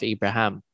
Abraham